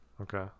okay